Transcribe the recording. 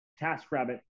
TaskRabbit